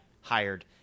hired